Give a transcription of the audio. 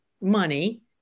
money